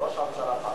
ראש הממשלה פחד,